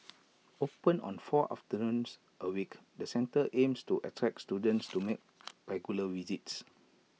open on four afternoons A week the centre aims to attract students to make regular visits